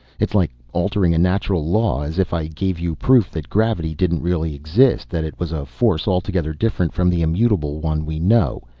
it's like altering a natural law. as if i gave you proof that gravity didn't really exist, that it was a force altogether different from the immutable one we know,